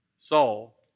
Saul